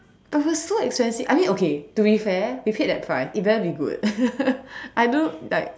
but it was so expensive I mean okay to be fair we paid that price It better be good I don't know like